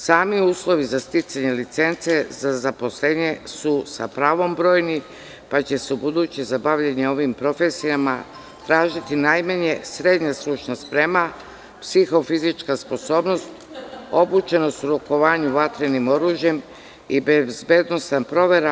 Sami uslovi za sticanje licence za zaposlenje su sa pravom brojni, pa će se ubuduće za bavljenje ovim profesijama tražiti najmanje srednja stručna sprema, psihofizička sposobnost, obučenost u rukovanju vatrenim oružjem i bezbednosna provera.